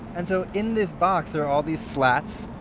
and so in this box there are all these slats.